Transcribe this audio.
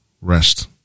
Rest